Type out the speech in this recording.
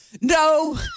no